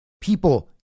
people